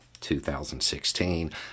2016